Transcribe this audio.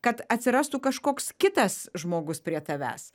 kad atsirastų kažkoks kitas žmogus prie tavęs